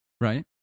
Right